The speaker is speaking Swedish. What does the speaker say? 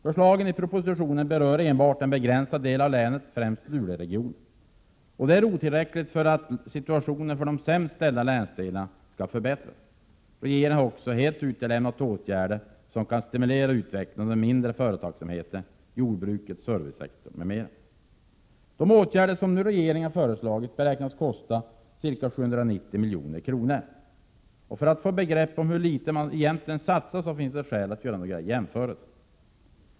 Förslagen i propositionen berör enbart en begränsad del av länet, främst Luleregionen, och de är otillräckliga för att situationen för de sämst ställda länsdelarna skall kunna förbättras. Regeringen har också helt utelämnat åtgärder som kan stimulera utvecklingen av den mindre företagsamheten, jordbruket, servicesektorn m.m. De åtgärder som regeringen nu föreslagit beräknas kosta ca 790 milj.kr. För att få ett begrepp om hur litet man egentligen satsar finns det skäl att göra några jämförelser.